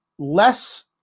less